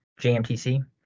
JMTC